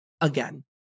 again